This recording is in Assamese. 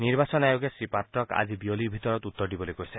নিৰ্বাচন আয়োগে শ্ৰীপাত্ৰক আজি বিয়লিৰ ভিতৰত উত্তৰ দিবলৈ কৈছে